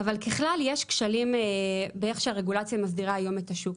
יש כשלים באיך שהרגולציה מסדירה היום את השוק.